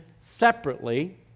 separately